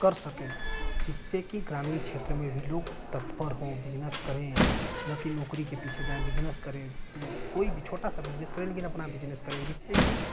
कर सके जिससे कि ग्रामीण क्षेत्र में भी लोग तत्पर हों बिजनेस करें न कि नौकरी के पीछे जाएँ बिजनेस करें कोई भी छोटा सा बिजनेस करें अपना बिजनेस करें जिससे कि